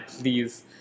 Please